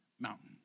Mountain